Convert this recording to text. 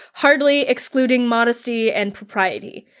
hardly excluding modesty and propriety.